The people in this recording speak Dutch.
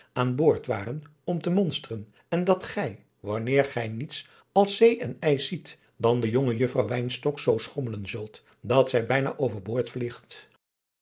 aan boord waren om te monsteren en dat gij wanneer gij niets als zee en ijs ziet dan de jonge juffrouw wynstok zoo schommelen zult dat zij bijna over boord vliegt